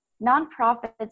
nonprofits